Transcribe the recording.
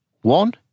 One